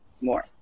more